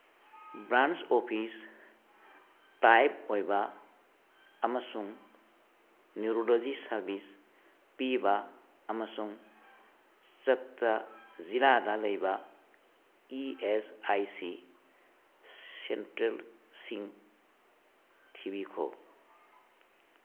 branch office type ꯑꯣꯏꯕ ꯑꯃꯁꯨꯡ neurology service ꯄꯤꯕ ꯑꯃꯁꯨꯡ ꯆꯠꯇ ꯖꯤꯂꯥꯗ ꯂꯩꯕ ꯏ ꯑꯦꯁ ꯑꯥꯏ ꯁꯤ ꯁꯦꯟꯇ꯭ꯔꯦꯜꯁꯤꯡ ꯊꯤꯕꯤꯈꯣ